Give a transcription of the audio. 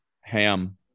Ham